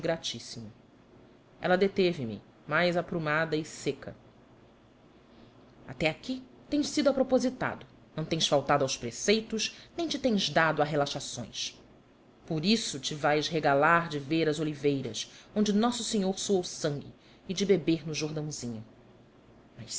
gratíssimo ela deteve me mais aprumada e seca até aqui tens sido apropositado não tens faltado aos preceitos nem te tens dado a relaxações por isso te vais regalar de ver as oliveiras onde nosso senhor suou sangue e de beber no jordãozinho mas